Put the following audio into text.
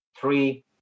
three